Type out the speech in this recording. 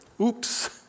Oops